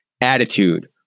attitude